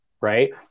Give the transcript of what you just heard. right